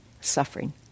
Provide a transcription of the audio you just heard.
suffering